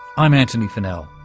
i'm antony funnell.